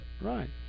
right